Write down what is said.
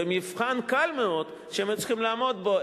ומבחן קל מאוד שהם היו צריכים לעמוד בו,